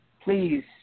Please